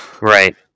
right